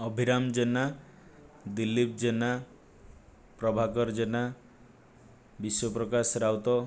Abhiram Jena Dilip Jena Prabhakar Jena Biswaprakash Raut